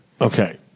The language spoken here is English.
Okay